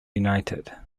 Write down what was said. united